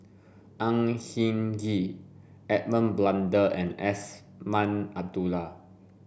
Ang Hin Kee Edmund Blundell and Azman Abdullah